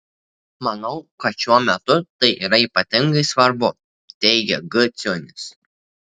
manau kad šiuo metu tai yra ypatingai svarbu teigia g ciunis